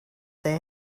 they